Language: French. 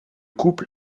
couple